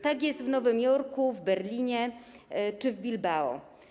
Tak jest w Nowym Jorku, w Berlinie czy w Bilbao.